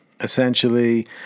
Essentially